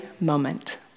moment